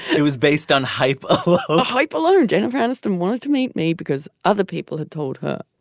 it was based on hype o hype alone jennifer aniston wanted to meet me because other people had told her.